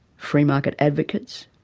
free market advocates,